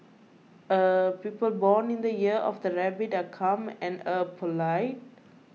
er people born in the year of the Rabbit are calm and er polite